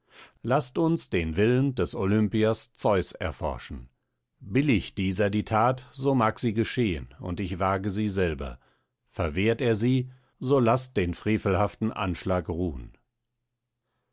laßt uns den willen des olympiers zeus erforschen billigt dieser die that so mag sie geschehen und ich wage sie selber verwehrt er sie so laßt den frevelhaften anschlag ruhen